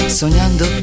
sognando